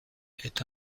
est